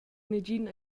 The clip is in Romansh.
negin